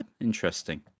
interesting